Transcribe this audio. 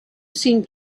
seemed